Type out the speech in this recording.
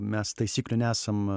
mes taisyklių nesam